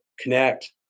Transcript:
connect